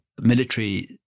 military